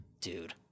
dude